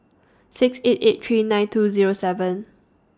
six eight eight three nine two Zero seven